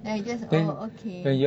then I just oh okay